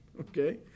Okay